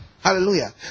Hallelujah